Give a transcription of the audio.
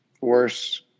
worse